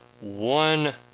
one